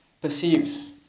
perceives